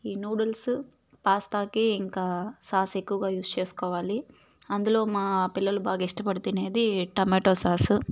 ఈ నూడిల్సు పాస్తాకి ఇంకా సాస్ ఎక్కువగా యూస్ చేసుకోవాలి అందులో మా పిల్లలు బాగా ఇష్టపడి తినేది టమోటా సాసు